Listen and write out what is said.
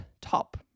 top